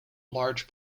large